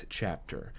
chapter